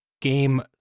game